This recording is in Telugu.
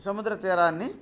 సముద్ర తీరాన్ని